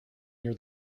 near